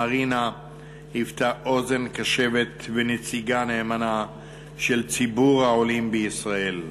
מרינה הייתה אוזן קשבת ונציגה נאמנה של ציבור העולים בישראל.